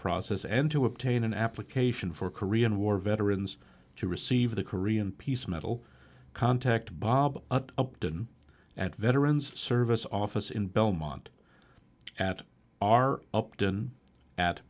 process and to obtain an application for korean war veterans to receive the korean piece of metal contact bob upton at veterans service office in belmont at our up